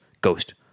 Ghost